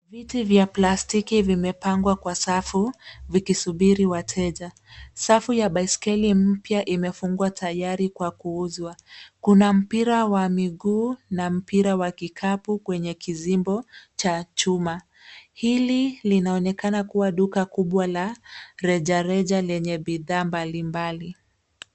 Viti vya plastiki vimepangwa kwa safu vikisubiri wateja. Safu ya baiskeli mpya imefungwa tayari kwa kuuzwa. Kuna mpira wa miguu na mpira wa kikapu kwenye kizimbo cha chuma. Hili linaonekana kuwa duka kubwa la reja reja lenye bidhaa mbali mbali.